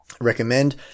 recommend